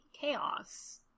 chaos